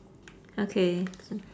okay s~